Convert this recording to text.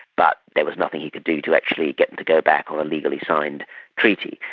but there was nothing he could do to actually get to go back on a legally signed treaty.